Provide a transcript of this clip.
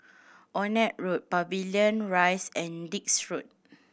Onraet Road Pavilion Rise and Dix Road